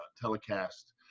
telecast